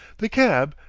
the cab,